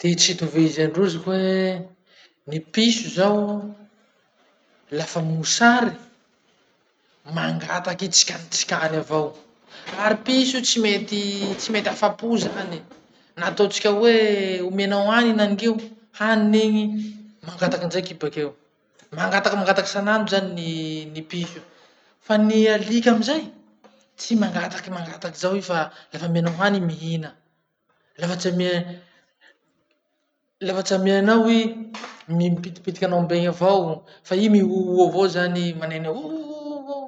Ty tsy itovizandrozy koahy, ny piso zao lafa mosary mangataky tsikany tsikany avao, ary piso tsy mety afa-po zany. Na ataotsika hoe ometsika hany henaniky io, haniny iny, mangataky ndraiky i bakeo. Mangataky mangataky sanandro zany ny ny piso. Fa ny alika amizay, tsy mangataky mangataky zao i fa lafa omenao hany i mihina, lafa tsy ame lafa tsy amenao i, mipitipitiky anao mbegny avao. Fa i mi o o o avao zany i, maneno o o o o o.